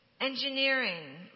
engineering